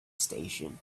station